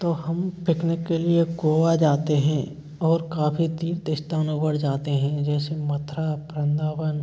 तो हम पिकनिक के लिए गोवा जाते हें और काफ़ी तीर्थ स्थानों पर जाते हें जैसे मथुरा वृन्दावन